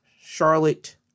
Charlotte